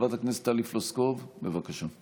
חברת הכנסת טלי פלוסקוב, בבקשה.